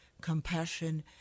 compassion